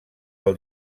del